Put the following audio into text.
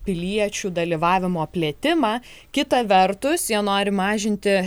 piliečių dalyvavimo plėtimą kita vertus jie nori mažinti